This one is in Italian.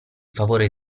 favore